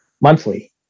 monthly